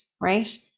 right